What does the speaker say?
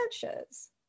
branches